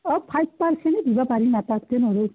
অঁ ফাইব পাৰ্চেন্টে দিব পাৰিম আৰু তাতকৈ নোৱাৰোঁ